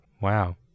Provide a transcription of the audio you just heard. Wow